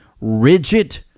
rigid